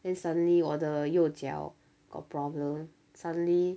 then suddenly 我的右脚 got problem suddenly